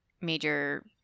major